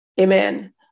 Amen